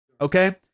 Okay